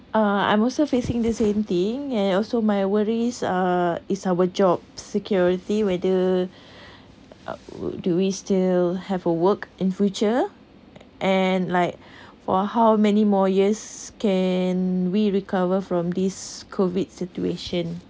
uh I'm also facing this same thing and also my worries uh is our job security whether uh do we still have a work in future and like for how many more years can we recover from this COVID situation